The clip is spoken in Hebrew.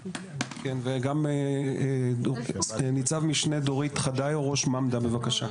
וגם ניצב משנה דורית חדאיו, ראש ממד"ה, בבקשה.